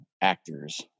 actors